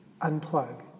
Unplug